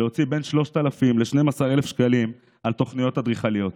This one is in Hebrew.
להוציא בין 3,000 ל-12,000 שקלים על תוכניות אדריכליות?